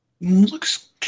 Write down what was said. Looks